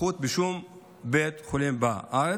התמחות בשום בית חולים בארץ,